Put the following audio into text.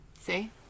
See